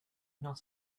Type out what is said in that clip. not